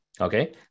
okay